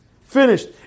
Finished